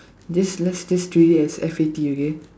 this let's just treat it as F A T okay